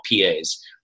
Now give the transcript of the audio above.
PAs